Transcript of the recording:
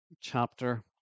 chapter